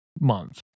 month